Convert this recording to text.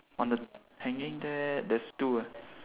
on the hanging there there's two ah